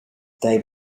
they